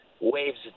waves